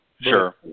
Sure